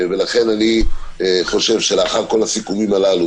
ולכן אני חושב שלאחר כל הסיכומים הללו,